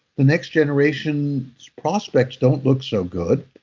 the next generation's prospect don't look so good.